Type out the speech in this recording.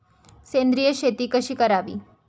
सेंद्रिय शेती कशी करावी?